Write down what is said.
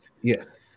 Yes